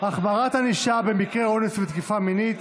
החמרת ענישה במקרי אונס ותקיפה מינית),